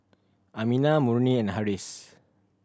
Aminah Murni and Harris